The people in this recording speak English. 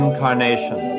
Incarnation